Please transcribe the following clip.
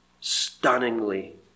stunningly